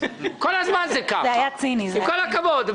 כל הזמן זה כך, עם כל הכבוד.